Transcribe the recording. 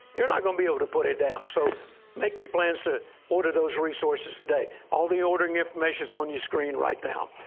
you're not going to be able to put it down, so make your plans to order those resources today. all the ordering information's on your screen right now.